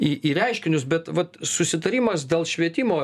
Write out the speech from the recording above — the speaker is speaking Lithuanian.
į į reiškinius bet vat susitarimas dėl švietimo